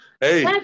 Hey